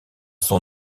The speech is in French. son